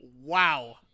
Wow